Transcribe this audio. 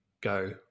go